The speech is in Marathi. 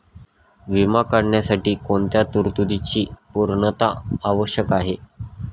विमा काढण्यासाठी कोणत्या तरतूदींची पूर्णता आवश्यक आहे?